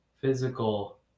physical